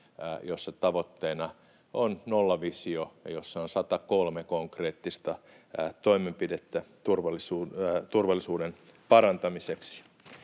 jossa tavoitteena on nollavisio ja jossa on 103 konkreettista toimenpidettä turvallisuuden parantamiseksi.